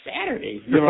Saturday